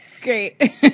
Great